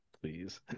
please